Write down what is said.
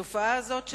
התופעה הזאת,